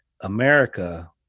America